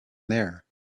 there